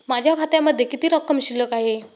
माझ्या खात्यामध्ये किती रक्कम शिल्लक आहे?